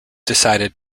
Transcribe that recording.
decided